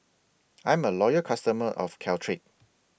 I'm A Loyal customer of Caltrate